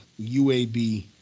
UAB